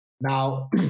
Now